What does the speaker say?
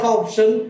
option